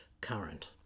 current